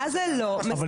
היא